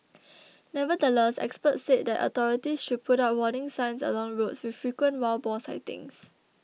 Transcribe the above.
nevertheless experts said that authorities should put up warning signs along roads with frequent wild boar sightings